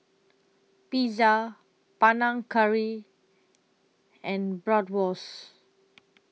Pizza Panang Curry and Bratwurst